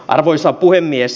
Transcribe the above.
arvoisa puhemies